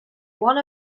one